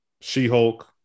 She-Hulk